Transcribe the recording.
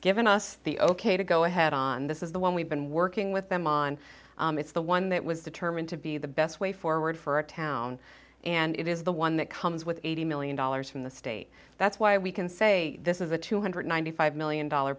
given us the ok to go ahead on this is the one we've been working with them on it's the one that was determined to be the best way forward for a town and it is the one that comes with eighty million dollars from the state that's why we can say this is a two hundred ninety five million dollar